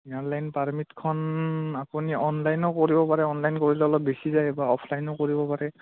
inner line পাৰ্মিটখন আপুনি অনলাইনো কৰিব পাৰে অনলাইন কৰিলে অলপ বেছি যায় বা অফলাইনো কৰিব পাৰে